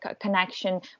connection